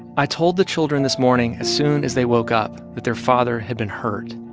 i told the children this morning, as soon as they woke up, that their father had been hurt.